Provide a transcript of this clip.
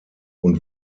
und